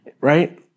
right